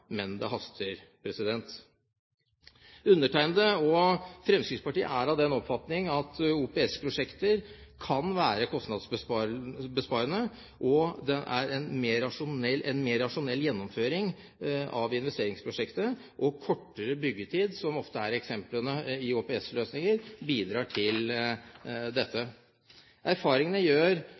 Men det haster. Undertegnede og Fremskrittspartiet er av den oppfatning at OPS-prosjekter kan være kostnadsbesparende. En mer rasjonell gjennomføring av investeringsprosjektet og kortere byggetid, som ofte er eksemplene i OPS-løsninger, bidrar til dette. Erfaringene gjør